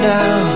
now